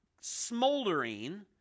smoldering